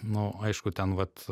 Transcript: nu aišku ten vat